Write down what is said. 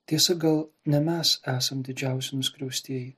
tiesa gal ne mes esam didžiausi nuskriaustieji